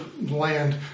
land